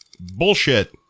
Bullshit